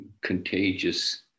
contagious